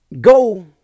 go